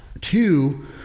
two